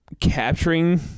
capturing